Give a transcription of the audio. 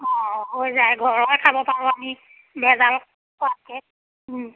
অঁ হৈ যায় ঘৰৰে খাব পাৰোঁ আমি ভেজাল খোৱাতকৈ